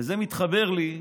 וזה מתחבר לי,